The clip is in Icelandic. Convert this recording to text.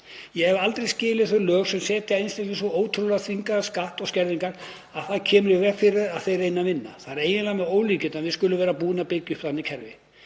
Ég hef aldrei skilið þau lög sem setja á einstaklinga svo ótrúlega þvingaðan skatt og skerðingar að það kemur í veg fyrir að þeir reyni að vinna. Það er eiginlega með ólíkindum að við skulum vera búin að byggja upp þannig kerfi.